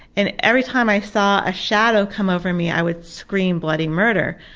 and every time i saw a shadow come over me i would scream bloody murder,